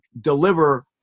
deliver